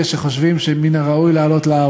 אלה שחושבים שמן הראוי לעלות להר,